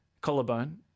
Collarbone